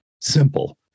simple